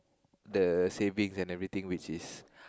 the savings and everything which is